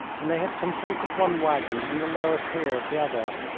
and they had completed one waggon and the lower tier of the other.